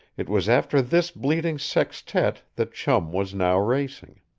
it was after this bleating sextet that chum was now racing.